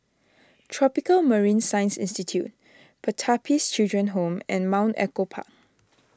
Tropical Marine Science Institute Pertapis Children Home and Mount Echo Park